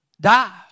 die